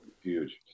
huge